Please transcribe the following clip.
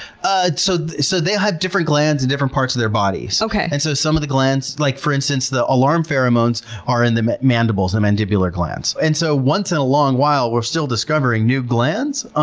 ah so so they have different glands and different parts of their bodies. and so some of the glands, like for instance, the alarm pheromones are in the mandibles, the mandibular glands. and so once in a long while we're still discovering new glands, um